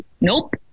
Nope